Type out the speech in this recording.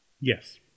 Yes